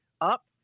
up